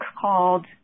called